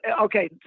okay